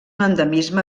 endemisme